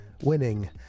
winning